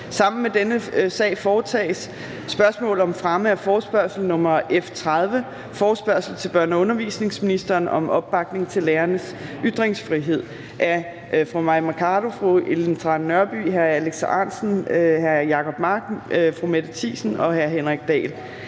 Sammen med dette punkt foretages: 2) Spørgsmål om fremme af forespørgsel nr. F 30: Forespørgsel til børne- og undervisningsministeren om opbakning til lærernes ytringsfrihed. Af Mai Mercado (KF), Ellen Trane Nørby (V), Alex Ahrendtsen (DF), Jacob Mark (SF), Mette Thiesen (NB) og Henrik Dahl